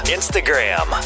Instagram